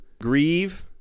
grieve